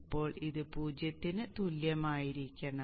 ഇപ്പോൾ ഇത് 0 ന് തുല്യമായിരിക്കണം